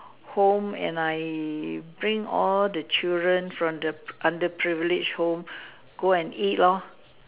home and I bring all the children from the p~ underprivileged home go and eat lor